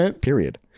Period